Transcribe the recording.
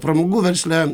pramogų versle